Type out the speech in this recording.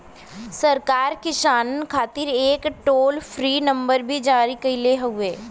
सरकार किसानन खातिर एक टोल फ्री नंबर भी जारी कईले हउवे